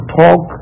talk